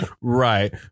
Right